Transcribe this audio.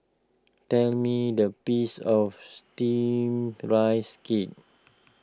tell me the peace of Steamed Rice Cake